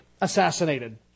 assassinated